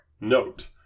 Note